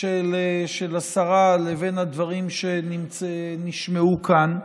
של השרה לבין הדברים שנשמעו כאן.